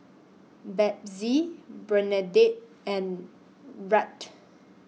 Bethzy Bernadette and Rhett